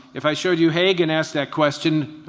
if i showed you hague and asked that question,